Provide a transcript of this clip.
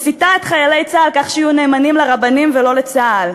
מסיתה את חיילי צה"ל כך שיהיו נאמנים לרבנים ולא לצה"ל?